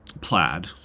plaid